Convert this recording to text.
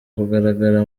kugaragara